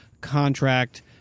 contract